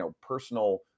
personal